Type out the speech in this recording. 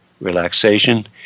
relaxation